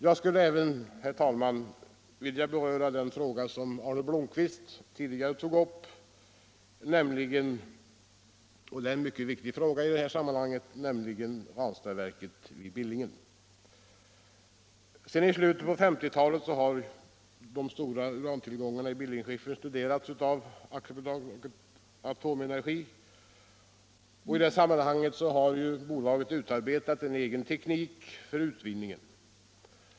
Jag skulle även, herr talman, vilja beröra en fråga som herr Blomkvist tidigare har tagit upp. Det är en mycket viktig fråga i detta sammanhang. Jag tänker på Ranstadsverket vid Billingen. Sedan slutet av 1950-talet har de stora urantillgångarna i Billingeskiffern studerats av AB Atomenergi. I det sammanhanget har bolaget utarbetat en egen teknik för utvinningen.